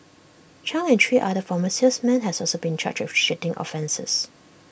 chung and three other former salesmen have also been charged with cheating offences